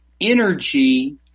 energy